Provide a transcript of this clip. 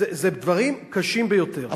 ואלה דברים קשים ביותר.